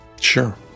Sure